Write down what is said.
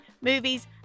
movies